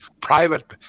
private